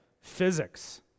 physics